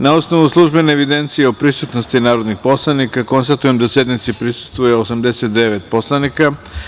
Na osnovu službene evidencije o prisutnosti narodnih poslanika, konstatujem da sednici prisustvuje 89 poslanika.